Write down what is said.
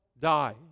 die